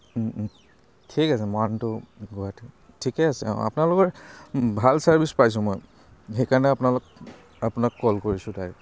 ঠিক আছে মৰাণ টু গুৱাহাটী ঠিকে আছে অঁ আপোনালোকৰ ভাল ছাৰ্ভিচ পাইছোঁ মই সেইকাৰণে আপোনালোক আপোনাক কল কৰিছোঁ ডাইৰেক্ট